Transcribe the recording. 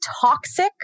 toxic